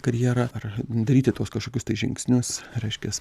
karjerą ar daryti tuos kažkokius tai žingsnius reiškias